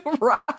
right